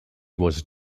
was